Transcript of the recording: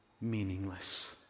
meaningless